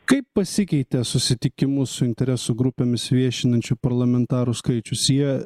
kaip pasikeitė susitikimus su interesų grupėmis viešinančių parlamentarų skaičius jie